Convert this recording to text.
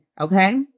Okay